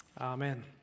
Amen